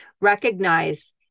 Recognize